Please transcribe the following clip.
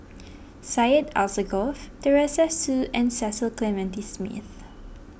Syed Alsagoff Teresa Hsu and Cecil Clementi Smith